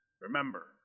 remember